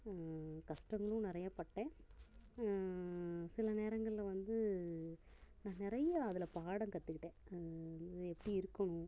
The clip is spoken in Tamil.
கஷ்டமும் நிறையா பட்டேன் சில நேரங்களில் வந்து நிறையா அதில் பாடம் கற்றுக்கிட்டேன் எப்படி இருக்கணும்